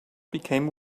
became